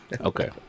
Okay